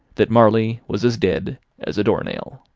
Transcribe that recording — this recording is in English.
that marley was as dead as a door-nail.